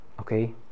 Okay